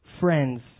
Friends